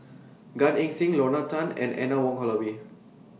Gan Eng Seng Lorna Tan and Anne Wong Holloway